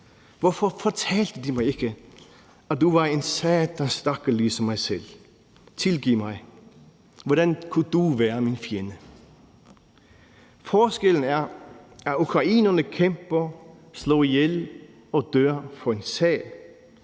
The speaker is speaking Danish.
Hvorfor fortalte de mig ikke, at du var en satans stakkel ligesom mig selv? Tilgiv mig, hvordan kunne du være min fjende? Forskellen er, at ukrainerne kæmper, slår ihjel og dør for en sag;